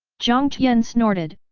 jiang tian snorted,